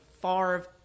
Favre